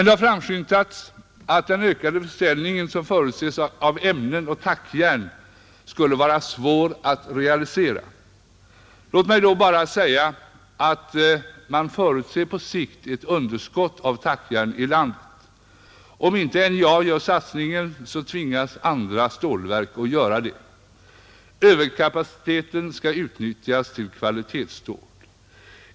Det har framskymtat att den ökade försäljning som förutses av ämnen och tackjärn skulle vara svår att realisera, Låt mig då bara säga att man på sikt förutser ett underskott på tackjärn här i landet. Om då inte NJA gör denna satsning, så tvingas andra stålverk att göra den. Överkapaciteten skall utnyttjas till kvalitetsstål.